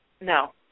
No